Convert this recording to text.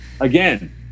again